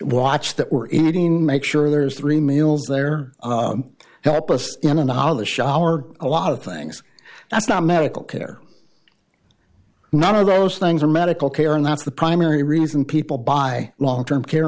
watch that were eating make sure there's three meals there help us in and how the shower a lot of things that's not medical care none of those things are medical care and that's the primary reason people buy long term care